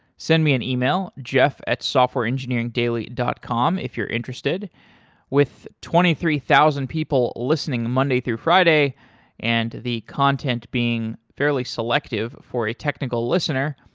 send me an e-mail jeff at softwareengineeringdaily dot com if you're interested with twenty three thousand people listening monday through friday and the content being fairly selective for a technical listener,